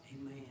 Amen